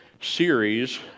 series